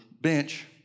bench